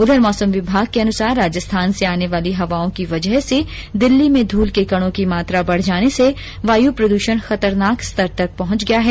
उधर मौसम विभाग के अनुसार राजस्थान से आने वाली हवाओं की वजह से दिल्ली में धूल के कणों की मात्रा बढ़ जाने से वायु प्रद्षण खतरनाक स्तर तक पहुंच गया है